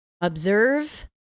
observe